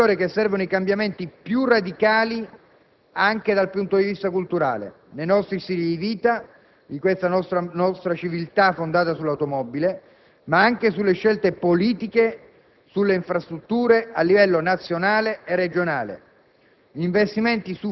È proprio in questo settore che servono i cambiamenti più radicali anche dal punto di vista culturale, nei nostri stili di vita, di questa nostra civiltà fondata sull'automobile, ma anche sulle scelte politiche relative alle infrastrutture a livello nazionale e regionale: